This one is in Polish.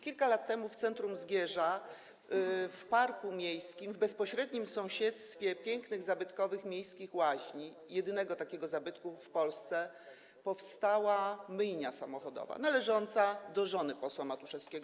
Kilka lat temu w centrum Zgierza, w parku miejskim, w bezpośrednim sąsiedztwie pięknych, zabytkowych miejskich łaźni, jedynego takiego zabytku w Polsce, powstała myjnia samochodowa należąca do żony posła Matuszewskiego.